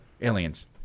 aliens